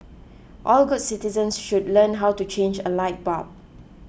all good citizens should learn how to change a light bulb